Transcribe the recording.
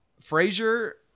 Frazier